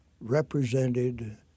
represented